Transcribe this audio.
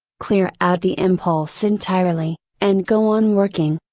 clear out the impulse entirely, and go on working.